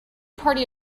party